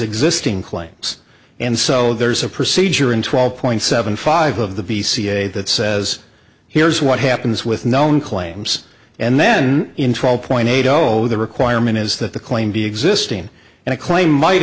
existing claims and so there's a procedure in twelve point seven five of the p c a that says here's what happens with known claims and then in twelve point eight zero the requirement is that the claim be existing and a claim might